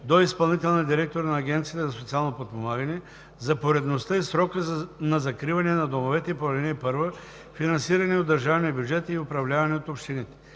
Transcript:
до изпълнителния директор на Агенцията за социално подпомагане за поредността и срока на закриване на домовете по ал. 1, финансирани от държавния бюджет и управлявани от общините.